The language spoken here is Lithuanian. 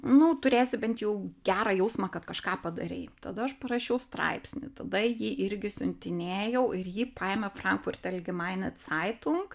nu turėsi bent jau gerą jausmą kad kažką padarei tada aš parašiau straipsnį tada jį irgi siuntinėjau ir jį paėmė frankfurter allgemeine zeitung